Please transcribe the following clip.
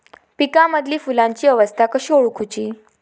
पिकांमदिल फुलांची अवस्था कशी ओळखुची?